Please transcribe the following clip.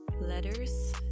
Letters